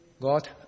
God